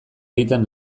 egiten